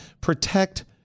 Protect